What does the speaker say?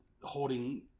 holding